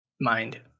mind